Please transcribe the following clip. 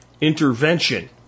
intervention